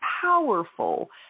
powerful